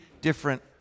different